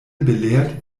belehrt